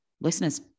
Listeners